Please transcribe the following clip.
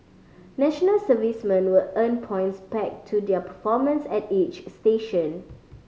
national servicemen will earn points pegged to their performance at each station